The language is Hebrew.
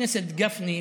חבר הכנסת גפני,